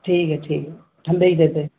ٹھیک ہے ٹھیک ہے ٹھنڈے ہی دیتے ہے